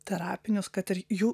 terapinius kad ir jų